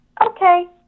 Okay